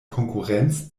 konkurrenz